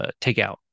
takeout